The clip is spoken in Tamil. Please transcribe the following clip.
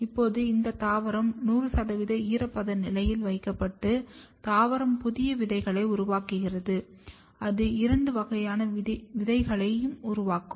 இப்போது இந்த தாவரம் 100 ஈரப்பத நிலையில் வைக்கப்பட்டு தாவரம் புதிய விதைகளை உருவாக்கிறது அது இரண்டு வகையான விதைகளையும் உருவாக்கும்